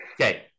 okay